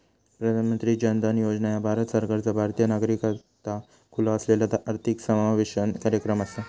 प्रधानमंत्री जन धन योजना ह्या भारत सरकारचा भारतीय नागरिकाकरता खुला असलेला आर्थिक समावेशन कार्यक्रम असा